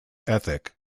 ethic